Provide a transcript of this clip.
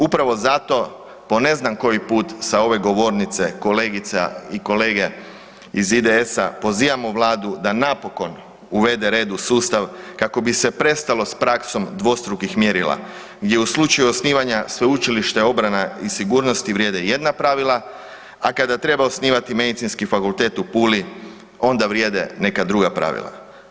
Upravo zato po ne znam koji put sa ove govornice kolegica i kolege iz IDS-a pozivamo Vladu da napokon uvede red u sustav kako bi se prestalo s praksom dvostrukih mjerila gdje u slučaju osnivanja Sveučilišta obrane i sigurnosti vrijede jedna pravila, a kada treba osnivati Medicinski fakultet u Puli onda vrijede neka druga pravila.